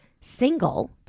single